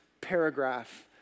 paragraph